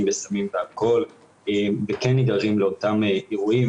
בסמים ואלכוהול וכן נגררים לאותם אירועים.